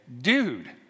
dude